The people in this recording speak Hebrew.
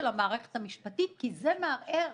כי זה מערער